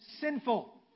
sinful